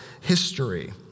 history